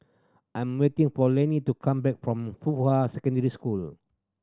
I am waiting for Lennie to come back from Fuhua Secondary School